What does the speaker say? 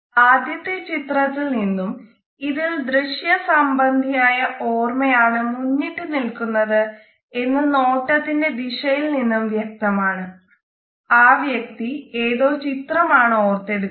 ആദ്യത്തെ ചിത്രത്തിൽ നിന്നും ഇതിൽ ദൃശ്യ സംബന്ധിയായ ഓർമ്മയാണ് മുന്നിട്ട് നിൽക്കുന്നത് എന്ന് നോട്ടത്തിന്റേ ദിശയിൽ നിന്നും വ്യക്തമാണ് ആ വ്യക്തി ഏതോ ചിത്രമാണ് ഓർത്തെടുക്കുന്നത്